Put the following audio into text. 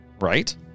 right